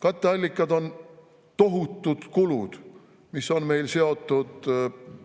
Katteallikad on tohutud kulud, mis on seotud lihtsalt